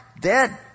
dead